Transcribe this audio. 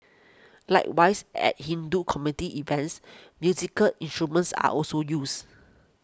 likewise at Hindu community events musical instruments are also used